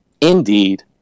indeed